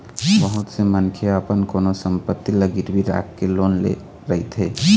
बहुत से मनखे ह अपन कोनो संपत्ति ल गिरवी राखके लोन ले रहिथे